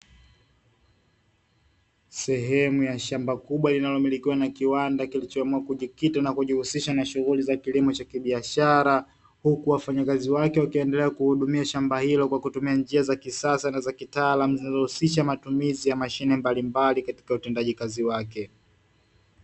Sehemu ya shamba kubwa linalomilikiwa na kiwanda kilichoamua kujikita na kujihusisha na shughuli za kilimo cha kibiashara, huku wafanyakazi wake wakiendelea kuhudumia shamba hilo kwa kutumia njia za kisasa na za kitaalamu zinazohusisha matumizi ya mashine mbalimbali katika utendaji kazi wake.